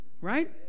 right